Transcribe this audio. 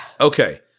Okay